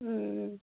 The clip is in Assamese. ও